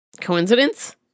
Coincidence